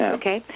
okay